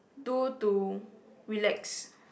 do to relax